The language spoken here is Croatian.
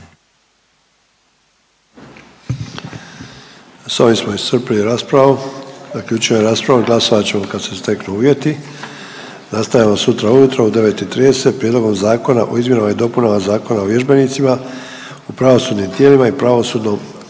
Sa ovim smo iscrpili raspravu. Zaključujem raspravu. Glasovat ćemo kad se steknu uvjeti. Nastavljamo sutra u jutro u 9,30 Prijedlogom zakona o izmjenama i dopunama Zakona o vježbenicima u pravosudnim tijelima i pravosudnom